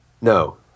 No